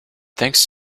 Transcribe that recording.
thanks